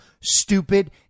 stupid